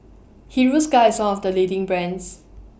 Hiruscar IS one of The leading brands